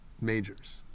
majors